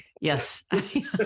Yes